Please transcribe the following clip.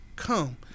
Come